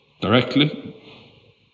directly